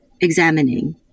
examining